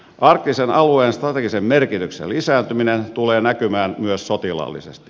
arktisen alueen strategisen merkityksen lisääntyminen tulee näkymään myös sotilaallisesti